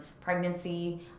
pregnancy